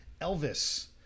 Elvis